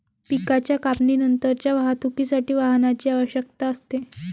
पिकाच्या कापणीनंतरच्या वाहतुकीसाठी वाहनाची आवश्यकता असते